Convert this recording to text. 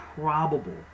probable